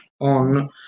on